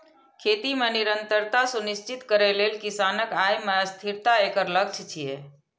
खेती मे निरंतरता सुनिश्चित करै लेल किसानक आय मे स्थिरता एकर लक्ष्य छियै